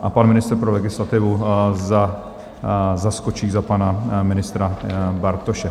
A pan ministr pro legislativu zaskočí za pana ministra Bartoše.